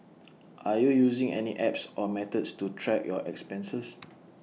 are you using any apps or methods to track your expenses